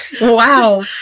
Wow